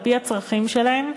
על-פי הצרכים שלהם,